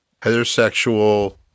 heterosexual